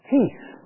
Peace